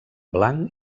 blanc